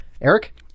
Eric